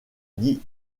dit